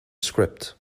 script